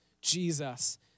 Jesus